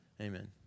Amen